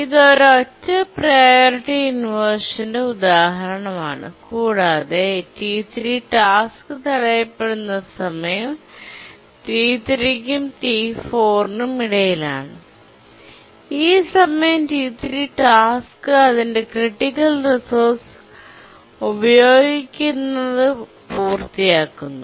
ഇത് ഒരൊറ്റ പ്രിയോറിറ്റി ഇൻവെർഷൻന്റെ ഉദാഹരണമാണ് കൂടാതെ T3 ടാസ്ക് തടയപ്പെടുന്ന സമയം T3 നും T4 നും ഇടയിലാണ് ഈ സമയം T3 ടാസ്ക് അതിന്റെ ക്രിട്ടിക്കൽ റിസോഴ്സ് ഉപയോഗിക്കുന്നത് പൂർത്തിയാക്കുന്നു